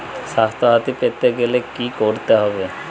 স্বাস্থসাথী পেতে গেলে কি করতে হবে?